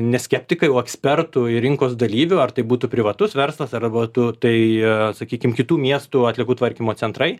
ne skeptikai o ekspertų ir rinkos dalyvių ar tai būtų privatus verslas ar būtų tai sakykim kitų miestų atliekų tvarkymo centrai